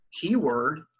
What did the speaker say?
keyword